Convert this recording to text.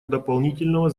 дополнительного